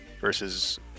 versus